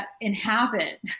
inhabit